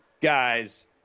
guys